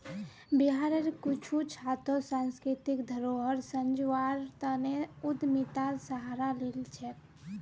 बिहारेर कुछु छात्र सांस्कृतिक धरोहर संजव्वार तने उद्यमितार सहारा लिल छेक